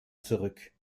zurück